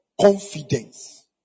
confidence